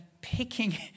picking